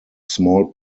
small